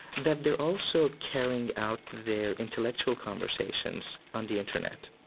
that they're also carrying out their intellectual conversations on the internet.